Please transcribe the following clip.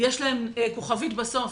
יש להם כוכבית בסוף.